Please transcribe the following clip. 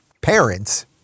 parents